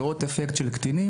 לראות את האפקט על קטינים,